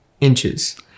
inches